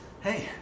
hey